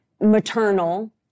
maternal